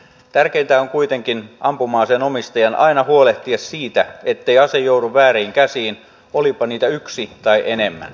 tärkeintä ampuma aseen omistajan on kuitenkin aina huolehtia siitä ettei ase joudu vääriin käsiin olipa niitä yksi tai enemmän